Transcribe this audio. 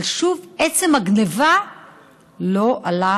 אבל שוב, עצם הגנבה לא היה